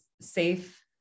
safe